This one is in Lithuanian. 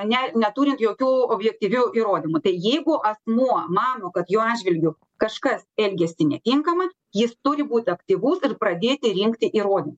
ne neturint jokių objektyvių įrodymų tai jeigu asmuo mano kad jo atžvilgiu kažkas elgiasi netinkamai jis turi būt aktyvus ir pradėti rinkti įrodymu